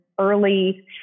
early